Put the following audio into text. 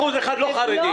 אחוז אחד לא חרדים.